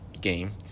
game